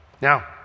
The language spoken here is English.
Now